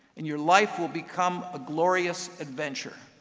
and your life will become a glorious adventure.